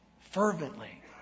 Fervently